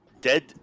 dead